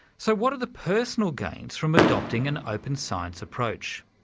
so what are the personal gains from adopting an open science approach?